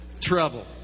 Trouble